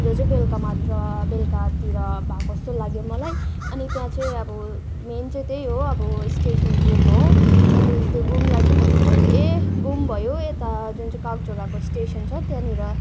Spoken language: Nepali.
जो चाहिँ बेलुका मात्र बेलुकातिर भएको जस्तो लाग्यो मलाई अनि त्यहाँ चाहिँअब मेन चाहिँ त्यही हो अब स्टेसन घुम हो अनि त्यो घुमलाई चाहिँ मज्जाले घुम भयो यता जुन चाहिँ कागझोडाको स्टेसन छ त्यहाँनिर